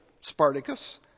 Spartacus